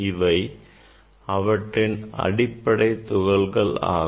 இவை அவற்றின் அடிப்படை துகள்கள் ஆகும்